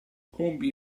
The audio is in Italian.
compie